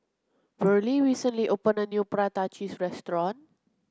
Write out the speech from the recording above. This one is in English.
Verlie recently opened a new Prata Cheese Restaurant